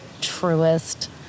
truest